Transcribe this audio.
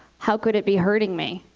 how could it be hurting me?